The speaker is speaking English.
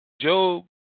Job